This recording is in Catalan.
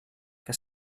que